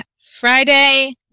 Friday